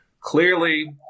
clearly